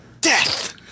Death